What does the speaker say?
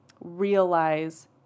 realize